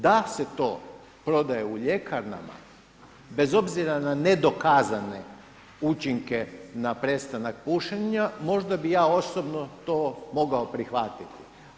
Da se to prodaje u ljekarnama bez obzira na nedokazane učinke na prestanak pušenja možda bih ja osobno mogao to prihvatiti.